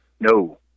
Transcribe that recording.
No